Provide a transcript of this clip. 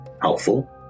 helpful